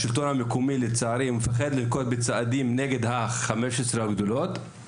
השלטון המקומי לצערי מפחד לנקוט בצעדים נגד 15 הגדולות,